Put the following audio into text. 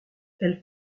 elle